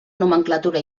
nomenclatura